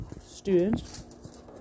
students